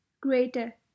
greater